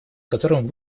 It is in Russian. которым